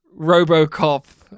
Robocop